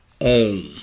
own